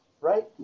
right